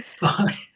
Bye